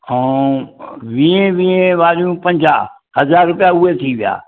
ऐं वीह वीह वारियूं पंजाहु हज़ार रुपया उहे थी विया